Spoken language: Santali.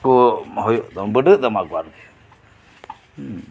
ᱠᱚ ᱦᱩᱭᱩᱜ ᱛᱟᱢᱟ ᱵᱟᱹᱰᱟᱹ ᱛᱟᱢᱟ ᱠᱚ ᱟᱨᱠᱤ ᱦᱩᱸ